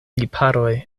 lipharoj